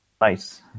Nice